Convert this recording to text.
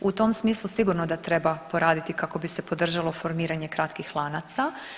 U tom smislu sigurno da treba poraditi kako bi se podržalo formiranje kratkih lanaca.